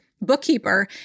bookkeeper